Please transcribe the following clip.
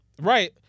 Right